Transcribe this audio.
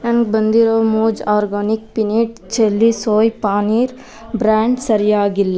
ನಂಗೆ ಬಂದಿರೋ ಮೋಜ್ organic peanut chilli soy paneer brand ಸರಿಯಾಗಿಲ್ಲ